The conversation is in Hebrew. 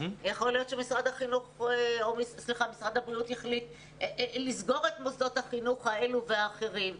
יכול להיות שמשרד הבריאות יחליט על סגירת מוסדות חינוך כאלו ואחרים.